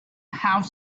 have